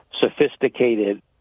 sophisticated